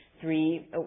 three